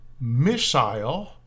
Missile